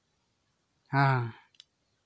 ᱦᱮᱸ